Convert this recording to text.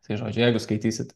tai žodžiu jeigu skaitysit